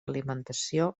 alimentació